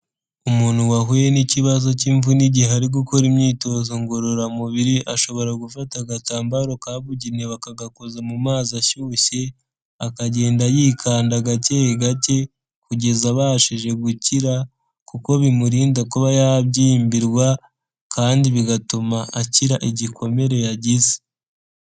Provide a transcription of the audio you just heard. Umuntu wahuye n'ikibazo cy'imvu n'gihari ari gukora imyitozo ngororamubiri ashobora gufata agatambaro kabugenewe kagakoza mu mazi ashyushye akagenda yikanda agake gake kugeza abashije gukira kuko bimurinda kuba yabyimbirwa kandi bigatuma akira igikomere yagize.